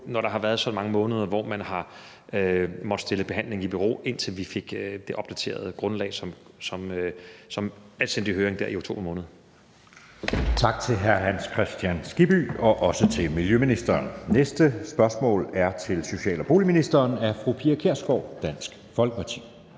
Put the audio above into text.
når der har været så mange måneder, hvor man har måttet stille behandlingen i bero, indtil vi fik det opdaterede grundlag, som blev sendt i høring i oktober måned. Kl. 14:08 Anden næstformand (Jeppe Søe): Tak til hr. Hans Kristian Skibby og også til miljøministeren. Næste spørgsmål er til social- og boligministeren af fru Pia Kjærsgaard, Dansk Folkeparti.